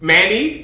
Manny